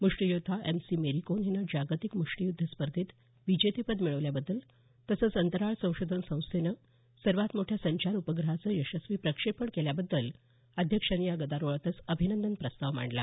मुष्टीयोध्दा M C Mary Kom हिने जागतिक मृष्टीयुद्ध स्पर्धेचं विजेतेपद मिळवल्याबद्दल तसंच अंतराळ संशोधन संस्थेनं सर्वात मोठ्या संचार उपग्रहाचं यशस्वी प्रक्षेपण केल्याबद्दल अध्यक्षांनी या गदारोळातच अभिनंदन प्रस्ताव मांडला